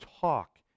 talk